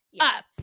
Up